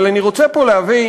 אבל אני רוצה להביא,